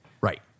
right